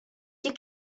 you